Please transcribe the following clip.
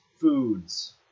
foods